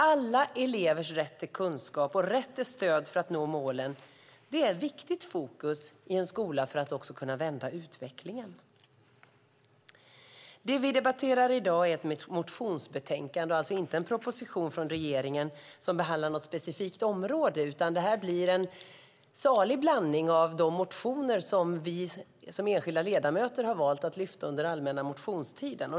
Alla elevers rätt till kunskap och rätt till stöd för att nå målen är ett viktigt fokus för att man ska kunna vända utvecklingen i skolan. Det vi debatterar i dag är ett motionsbetänkande, inte en proposition från regeringen som behandlar något specifikt område. Det blir en salig blandning av de motioner som enskilda ledamöter har valt att väcka under den allmänna motionstiden.